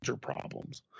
problems